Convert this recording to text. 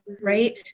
right